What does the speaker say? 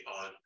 on